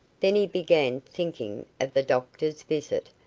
then he began thinking of the doctor's visit,